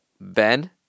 Ben